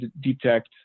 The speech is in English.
detect